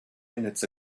minutes